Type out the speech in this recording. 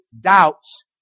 doubts